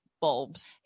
bulbs